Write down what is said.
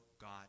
God